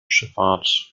schifffahrt